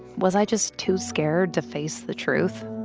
was i just too scared to face the truth?